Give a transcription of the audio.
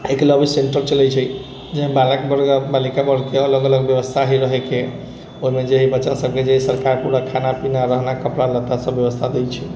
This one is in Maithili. एकलव्य सेन्टर चलैत छै जाहिमे बालक वर्गके बालिका वर्गके अलग अलग व्यवस्था हइ रहएके ओहिमे जे हइ बच्चा सभके जे सरकार पूरा खाना पीना रहना कपड़ा लत्ता सब व्यवस्था दै छै